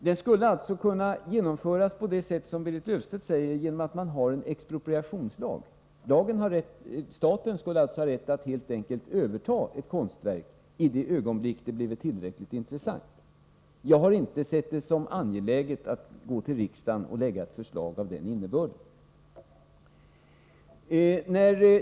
Man skulle kunna genomföra det hela på det sätt som Berit Löfstedt säger, genom att ha en expropriationslag. Staten skulle alltså ha rätt att helt enkelt överta ett konstverk i det ögonblick som det blivit tillräckligt intressant. Men jag har inte sett det som angeläget att för riksdagen framlägga ett förslag av den innebörden.